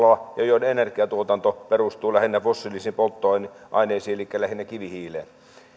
ja joiden energiantuotanto perustuu lähinnä fossiilisiin polttoaineisiin elikkä lähinnä kivihiileen